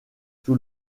sous